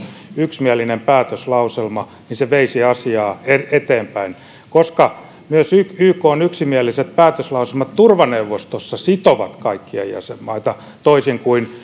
yksimielinen päätöslauselma niin se veisi asiaa eteenpäin koska ykn yksimieliset päätöslauselmat turvaneuvostossa sitovat kaikkia jäsenmaita toisin kuin